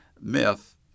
myth